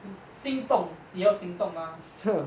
心动也要行动 mah